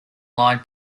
line